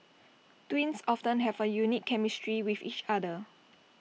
twins often have A unique chemistry with each other